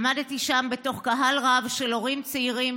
עמדתי שם בתוך קהל רב של הורים צעירים